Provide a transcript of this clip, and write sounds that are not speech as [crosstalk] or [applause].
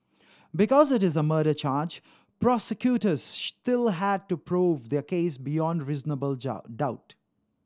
because it is a murder charge prosecutors still had to prove their case beyond reasonable [unintelligible] doubt